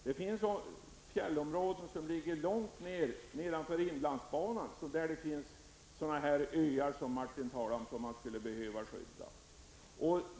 Det finns också fjällområden som ligger långt nedanför inlandsbanan med sådana ''öar'' som Martin Segerstedt talade om och som skulle behöva skyddas.